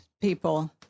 people